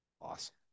awesome